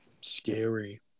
scary